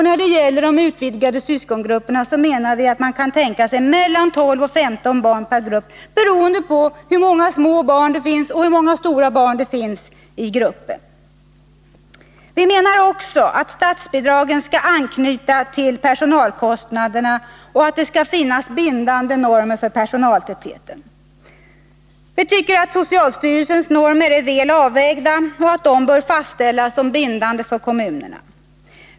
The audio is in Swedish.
När det gäller de utvidgade syskongrupperna menar vi att man kan tänka sig mellan 12 och 15 barn per grupp, beroende på hur många små barn och hur många stora barn det finns i gruppen. Vi menar också att statsbidragen skall anknyta till personalkostnaderna och att det skall finnas bindande normer för personaltätheten. Vi tycker att socialstyrelsens normer är väl avvägda och bör fastställas som bindande för kommunerna.